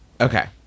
Okay